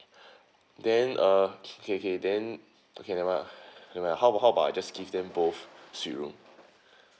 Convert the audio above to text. then uh okay okay then okay never mind never mind how about how about I just give them both suite room